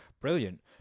brilliant